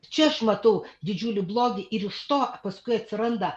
čia aš matau didžiulį blogį ir iš to paskui atsiranda